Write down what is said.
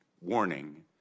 warning